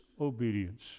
obedience